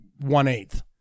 one-eighth